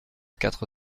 quatre